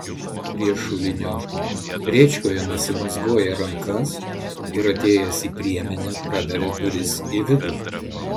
prie šulinio rėčkoje nusimazgoja rankas ir atėjęs į priemenę praveria duris į vidų